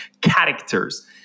characters